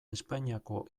espainiako